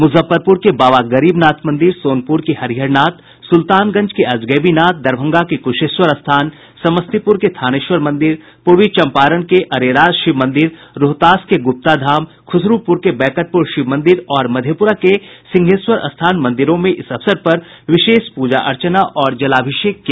मुजफ्फरपुर के बाबा गरीबनाथ मंदिर सोनपुर के हरिहरनाथ सुल्तानगंज के अजगैबीनाथ दरभंगा के कुशेश्वर स्थान समस्तीपुर के थानेश्वर मंदिर पूर्वी चंपारण के अरेराज शिव मंदिर रोहतास के गुप्ता धाम खुसरूपुर के बैकटपुर शिव मंदिर और मधेपुरा के सिंहेश्वर स्थान मंदिरों में इस अवसर पर विशेष पूजा अर्चना और जलाभिषेक किया